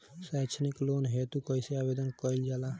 सैक्षणिक लोन हेतु कइसे आवेदन कइल जाला?